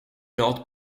not